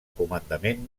comandament